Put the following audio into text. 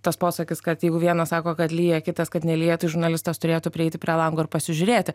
tas posakis kad jeigu vienas sako kad lyja kitas kad nelyja tai žurnalistas turėtų prieiti prie lango ir pasižiūrėti